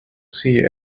see